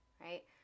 right